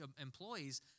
employees